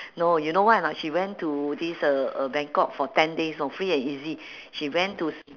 no you know why or not she went to this uh uh bangkok for ten days know free and easy she went to s~